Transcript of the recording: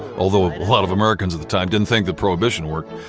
although a lot of americans at the time didn't think that prohibition worked,